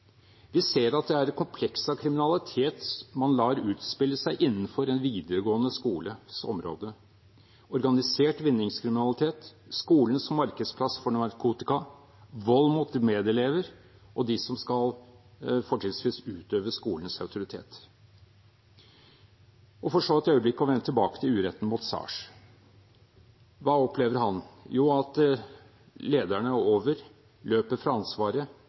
Vi ser at det er et kompleks av kriminalitet som man lar utspille seg innenfor en videregående skoles område – organisert vinningskriminalitet, skolen som markedsplass for narkotika, vold mot medelever og de som fortrinnsvis skal utøve skolens autoritet. For så et øyeblikk å vende tilbake til uretten mot Saers: Hva opplever han? Jo, at lederne over løper fra ansvaret,